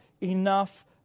enough